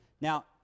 Now